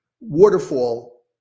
waterfall